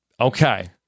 Okay